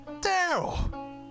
Daryl